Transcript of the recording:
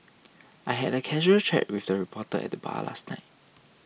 I had a casual chat with a reporter at the bar last night